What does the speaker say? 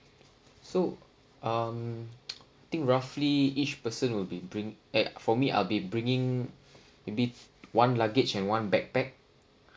so um think roughly each person will be bring eh for me I'll be bringing may be one luggage and one backpack